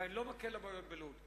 ואני לא מקל ראש בבעיות בלוד,